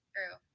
True